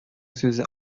сүзе